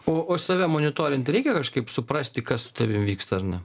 o o save monitorinti reikia kažkaip suprasti kas su tavim vyksta ar ne